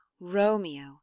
romeo